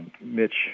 Mitch